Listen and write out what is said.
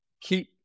keep